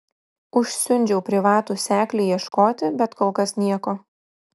užsiundžiau privatų seklį ieškoti bet kol kas nieko